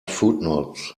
footnotes